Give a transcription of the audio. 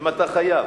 אם אתה חייב.